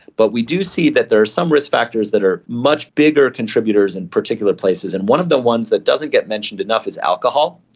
but we do see that there is some risk factors that are much bigger contributors in particular places and one of the ones that doesn't get mentioned enough is alcohol,